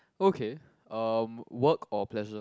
okay um work or pleasure